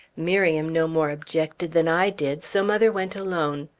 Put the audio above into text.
miriam no more objected than i did, so mother went alone.